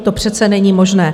To přece není možné.